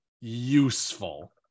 useful